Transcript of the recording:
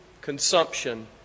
consumption